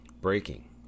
Breaking